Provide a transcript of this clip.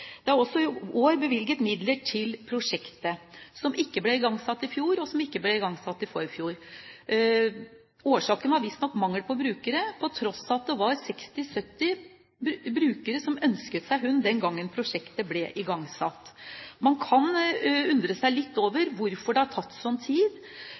Det er også i år bevilget midler til prosjektet, som ikke ble igangsatt i fjor, og som ikke ble igangsatt i forfjor. Årsaken var visstnok mangel på brukere på tross av at det var 60–70 brukere som ønsket seg hund den gangen prosjektet ble igangsatt. Man kan undre seg litt over hvorfor det har tatt så lang tid